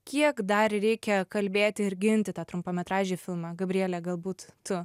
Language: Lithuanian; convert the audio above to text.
kiek dar reikia kalbėti ir ginti tą trumpametražį filmą gabriele galbūt tu